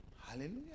Hallelujah